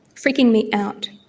freaking me out.